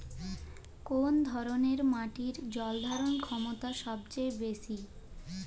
কোন ধরণের মাটির জল ধারণ ক্ষমতা সবচেয়ে বেশি?